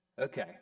okay